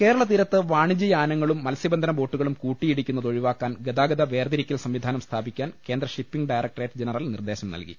കേരള തീരത്ത് വാണിജ്യ യാനങ്ങളും മത്സ്യബന്ധന ബോട്ടുകളും കൂട്ടിയിടിക്കുന്നത് ഒഴിവാക്കാൻ ഗതാഗത വേർതിരിക്കൽ സംവിധാനം സ്ഥാപിക്കാൻ കേന്ദ്ര ഷിപ്പിംഗ് ഡയറക്ടറേറ്റ് ജനറൽ നിർദ്ദേശം നൽകി